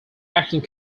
acting